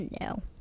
no